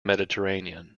mediterranean